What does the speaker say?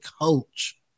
coach